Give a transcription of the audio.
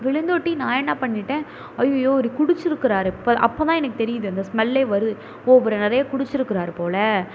விழுந்துட்டி நான் என்ன பண்ணிவிட்டேன் ஐய்யையோ அவர் குடித்திருக்கிறாரு அப்போ அப்போ தான் எனக்குத் தெரியுது அந்த ஸ்மெல்லே வருது ஓ இவர் நிறைய குடித்திருக்கிறாரு போல்